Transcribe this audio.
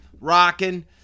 rocking